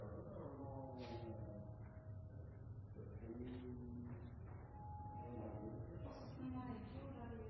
har nå